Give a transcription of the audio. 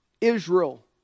Israel